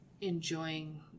enjoying